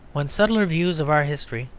when subtler views of our history,